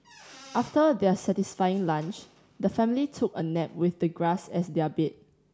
after their satisfying lunch the family took a nap with the grass as their bed